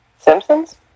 Simpsons